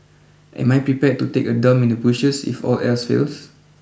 am I prepared to take a dump in the bushes if all else fails